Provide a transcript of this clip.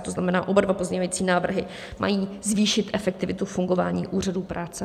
To znamená, oba dva pozměňovací návrhy mají zvýšit efektivitu fungování úřadů práce.